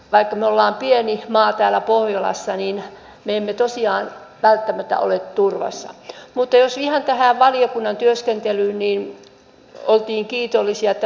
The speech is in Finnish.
kuka tahansa suomalainen kuka tahansa mistä tahansa muusta maasta voi hakea täysin laillisesti turvapaikkaa ihan mistä tahansa päin maailmaa